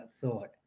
thought